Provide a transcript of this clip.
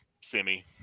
semi